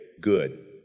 good